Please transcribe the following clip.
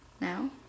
now